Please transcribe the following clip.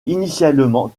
initialement